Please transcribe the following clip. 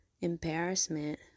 embarrassment